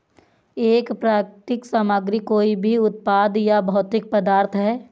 एक प्राकृतिक सामग्री कोई भी उत्पाद या भौतिक पदार्थ है